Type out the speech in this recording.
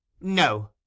No